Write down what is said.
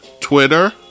Twitter